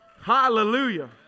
Hallelujah